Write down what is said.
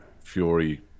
Fury